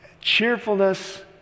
cheerfulness